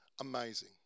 Amazing